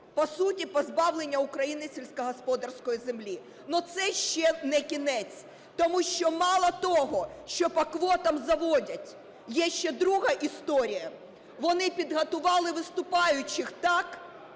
по суті, позбавлення України сільськогосподарської землі. Но це ще не кінець. Тому що мало того, що по квотам заводять, є ще друга історія. Вони підготували виступаючих так,